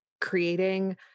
creating